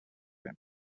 him